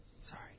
Sorry